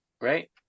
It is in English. Right